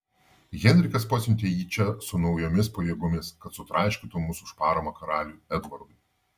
henrikas pasiuntė jį čia su naujomis pajėgomis kad sutraiškytų mus už paramą karaliui edvardui